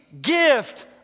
gift